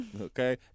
Okay